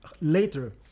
later